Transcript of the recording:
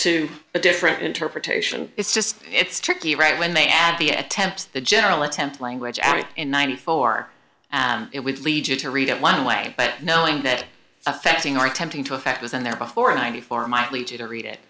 to a different interpretation it's just it's tricky right when they add the attempt the general attempt language i made in ninety four dollars it would lead you to read it one way but knowing that affecting or attempting to effect was in there before ninety four might lead you to read it